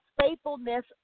faithfulness